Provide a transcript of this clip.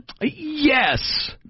Yes